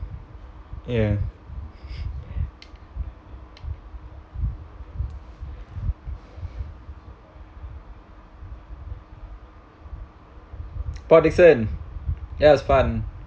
ya Port Dickson that was fun